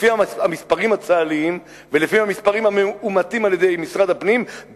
לפי המספרים הצה"ליים ולפי המספרים המאומתים על-ידי משרד הפנים,